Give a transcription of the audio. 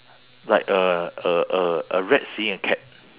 like a a a a rat seeing a cat